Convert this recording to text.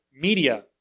Media